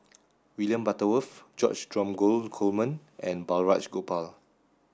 William Butterworth George Dromgold Coleman and Balraj Gopal